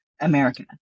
America